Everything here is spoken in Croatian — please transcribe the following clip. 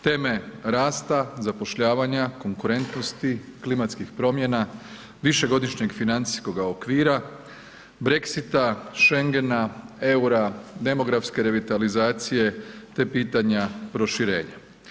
Teme rasta, zapošljavanja, konkurentnosti, klimatskih promjena, višegodišnjeg financijskoga okvira, Brexita, Shengena, eura, demografske revitalizacije, te pitanja proširenja.